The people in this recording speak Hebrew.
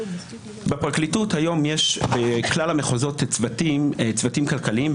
בפרקליטות היום יש בכלל המחוזות צוותים כלכליים.